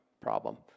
problem